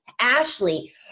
Ashley